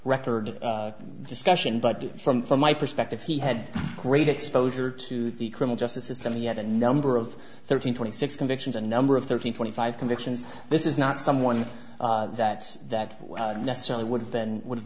record discussion but from my perspective he had great exposure to the criminal justice system yet a number of thirteen twenty six convictions a number of thirteen twenty five convictions this is not someone that that necessarily would have been would have